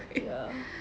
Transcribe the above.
ya